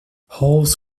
halls